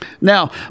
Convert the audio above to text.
now